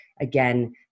again